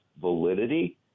validity